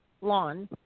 lawn